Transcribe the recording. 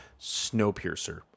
Snowpiercer